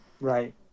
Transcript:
Right